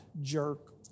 jerk